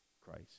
Christ